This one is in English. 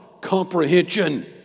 comprehension